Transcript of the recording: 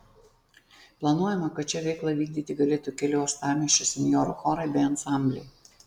planuojama kad čia veiklą vykdyti galėtų keli uostamiesčio senjorų chorai bei ansambliai